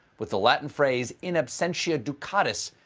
with the latin phrase, in absentia ducatus,